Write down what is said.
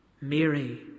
Mary